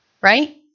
Right